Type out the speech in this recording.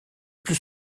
plus